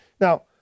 Now